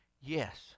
yes